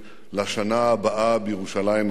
לשנה הבאה בירושלים הבנויה.